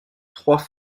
trois